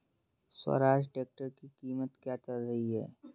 Swaraj tractor की कीमत क्या चल रही है?